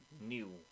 new